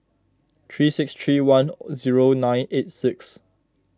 three six three one zero nine eight six